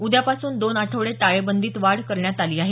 उद्यापासून दोन आठवडे टाळेबंदीत वाढ करण्यात आली आहे